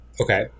Okay